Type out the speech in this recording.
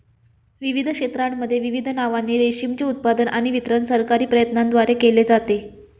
विविध क्षेत्रांमध्ये विविध नावांनी रेशीमचे उत्पादन आणि वितरण सरकारी प्रयत्नांद्वारे केले जाते